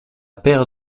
paire